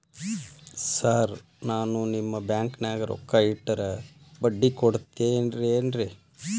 Sir ನಾನು ನಿಮ್ಮ ಬ್ಯಾಂಕನಾಗ ರೊಕ್ಕ ಇಟ್ಟರ ಬಡ್ಡಿ ಕೊಡತೇರೇನ್ರಿ?